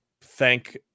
thank